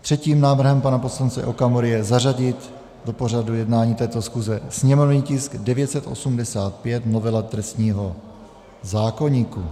Třetím návrhem pana poslance Okamury je zařadit do pořadu jednání této schůze sněmovní tisk 985, novela trestního zákoníku.